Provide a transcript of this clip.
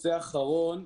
נושא אחרון,